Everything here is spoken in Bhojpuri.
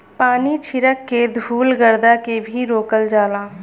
पानी छीरक के धुल गरदा के भी रोकल जाला